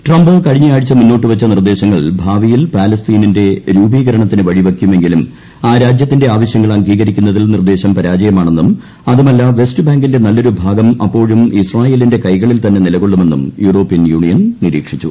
Trump കഴിഞ്ഞ ആഴ്ച മുന്നോട്ടു വച്ച നിർദ്ദേശങ്ങൾ ഭാവിയിൽ പാലസ്തീനിന്റെ രൂപീകരണത്തിന് വഴിവെക്കുമെങ്കിലും ആ രാജ്യത്തിന്റെ ആവശ്യങ്ങൾ അംഗീകരിക്കുന്നതിൽ നിർദ്ദേശം പരാജയമാണെന്നും അതുമല്ല വെസ്റ്റ് ബാങ്കിന്റെ നല്ലൊരു ഭാഗം അപ്പോഴും ഇസ്രായേലിന്റെ കൈകളിൽ തന്നെ നിലകൊള്ളുമെന്നും യൂറോപ്യൻ യൂണിയൻ നിരീക്ഷിച്ചു